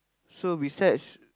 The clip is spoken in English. so besides